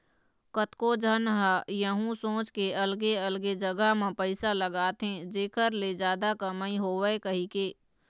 कतको झन ह यहूँ सोच के अलगे अलगे जगा म पइसा लगाथे जेखर ले जादा कमई होवय कहिके